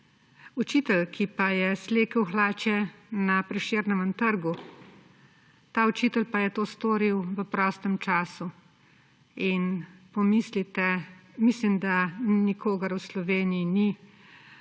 Učitelj, ki pa je slekel hlače na Prešernovem trgu, ta učitelj pa je to storil v prostem času. Mislim, da nikogar v Sloveniji ni,